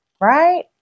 right